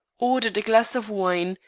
ordered a glass of wine,